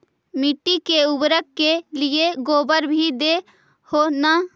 मिट्टी के उर्बरक के लिये गोबर भी दे हो न?